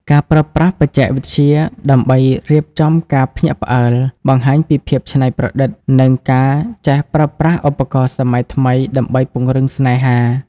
ការប្រើប្រាស់បច្ចេកវិទ្យាដើម្បីរៀបចំការភ្ញាក់ផ្អើល បង្ហាញពីភាពច្នៃប្រឌិត និងការចេះប្រើប្រាស់ឧបករណ៍សម័យថ្មីដើម្បីពង្រឹងស្នេហា។